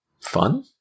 fun